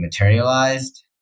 materialized